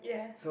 yeah